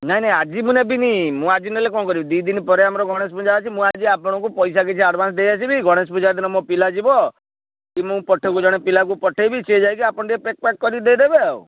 ନାଇଁ ନାଇଁ ଆଜି ମୁଁ ନେବିନି ମୁଁ ଆଜି ନେଲେ କ'ଣ କରିବି ଦୁଇ ଦିନ ପରେ ଆମର ଗଣେଶ ପୂଜା ଅଛି ମୁଁ ଆଜି ଆପଣଙ୍କୁ ପଇସା କିଛି ଆଡ଼ଭାନ୍ସ ଦେଇ ଆସିବି ଗଣେଶ ପୂଜା ଦିନ ମୋ ପିଲା ଯିବ କି ମୁଁ ଜଣେ ପିଲାକୁ ପଠାଇବି ସେ ଯାଇକି ଆପଣ ଟିକିଏ ପ୍ୟାକ୍ ପ୍ୟାକ୍ କରି ଦେଇଦେବେ ଆଉ